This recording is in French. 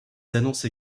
annoncent